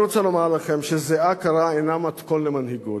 אני רוצה לומר לכם שזיעה קרה אינה מתכון למנהיגות.